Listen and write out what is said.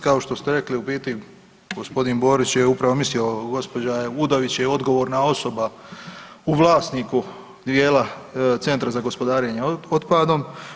Kao što ste rekli u biti g. Borić je upravo mislio, gđa. Udović je odgovorna osoba u vlasniku dijela Centra za gospodarenje otpadom.